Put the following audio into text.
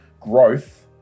growth